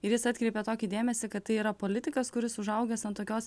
ir jis atkreipia tokį dėmesį kad tai yra politikas kuris užaugęs ant tokios